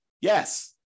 Yes